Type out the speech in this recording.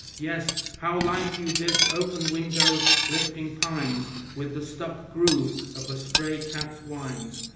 yes, how like you this open window's lifting pines with the stuck groove of a stray cat's whines.